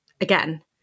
again